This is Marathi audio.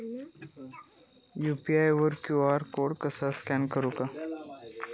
यू.पी.आय वर क्यू.आर कोड कसा स्कॅन करूचा?